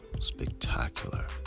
spectacular